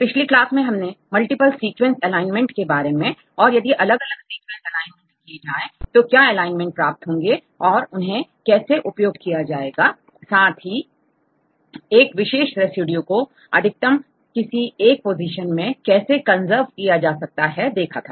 पिछली क्लास में हमने मल्टीपल सीक्वेंस एलाइनमेंट के बारे में और यदि अलग अलग सीक्वेंस एलाइन किए जाएं तो क्या एलाइनमेंट प्राप्त होंगे और उन्हें कैसे उपयोग किया जाएगा साथ ही एक विशेष रेसिड्यू को अधिकतम किसी एक पोजीशन में कैसे coserve किया जा सकता है देखा था